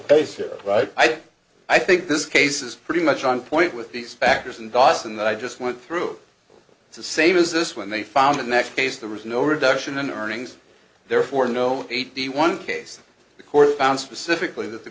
pacer right i think i think this case is pretty much on point with these factors in boston that i just went through it's the same as this when they found it next case there was no reduction in earnings therefore no eighty one case the court found specifically that the